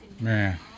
Man